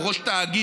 או ראש תאגיד,